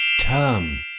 Term